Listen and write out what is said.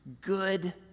good